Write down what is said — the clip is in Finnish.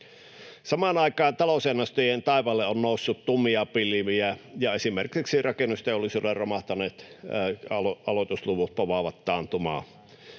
Samaan aikaan talousennustajien taivaalle on noussut tummia pilviä, ja esimerkiksi rakennusteollisuuden romahtaneet aloitusluvut povaavat taantumaa.